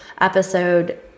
episode